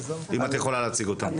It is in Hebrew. אם את יכולה להציג אותה.